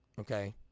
Okay